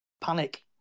Panic